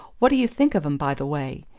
what d'you think of em, by the way?